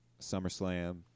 SummerSlam